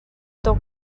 tuk